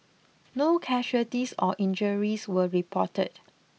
no casualties or injuries were reported